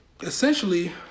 essentially